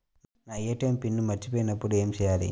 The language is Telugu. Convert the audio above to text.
నా ఏ.టీ.ఎం పిన్ మరచిపోయినప్పుడు ఏమి చేయాలి?